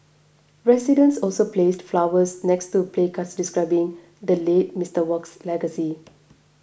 residents also placed flowers next to placards describing the late Mister Wok's legacy